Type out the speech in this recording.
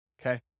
okay